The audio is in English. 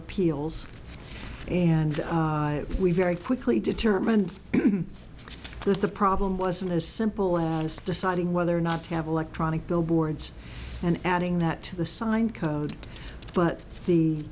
appeals and we very quickly determined that the problem wasn't as simple as deciding whether or not to have electronic billboards and adding that to the signed code but